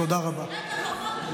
תודה רבה.